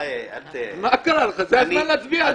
זה הזמן להצביע.